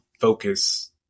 focus